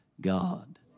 God